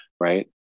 Right